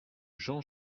jean